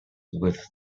with